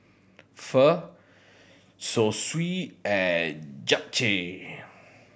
Pho Zosui and Japchae